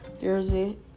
jersey